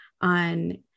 On